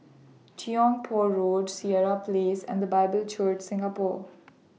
Tiong Poh Road Sireh Place and The Bible Church Singapore